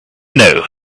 know